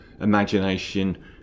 imagination